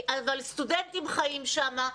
סטודנטים חיים שם,